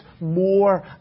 more